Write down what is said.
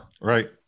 Right